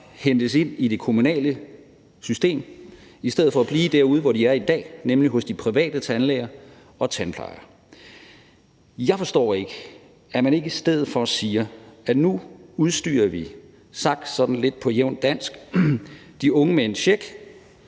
hentes ind i det kommunale system i stedet for at blive der, hvor de er i dag, nemlig hos de private tandlæger og tandplejere. Jeg forstår ikke, at man ikke i stedet for siger, at nu udstyrer vi – sagt sådan lidt på jævnt dansk – de unge med en check